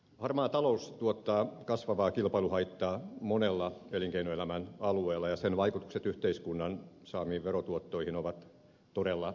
harmaa talous tuottaa kasvavaa kilpailuhaittaa monella elinkeinoelämän alueella ja sen vaikutukset yhteiskunnan saamiin verotuottoihin ovat todella mittavia